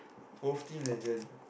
WolfTeam legend